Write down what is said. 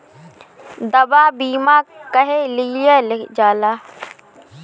दवा बीमा काहे लियल जाला?